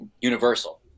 Universal